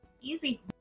easy